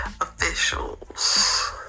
officials